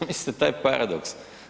Zamislite taj paradoks.